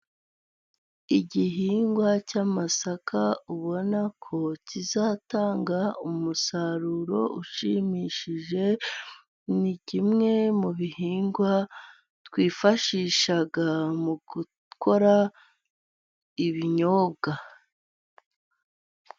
Igihingwa cy'amasaka ubona ko kizatanga umusaruro ushimishije, ni kimwe mu bihingwa twifashisha mu gukora ibinyobwa.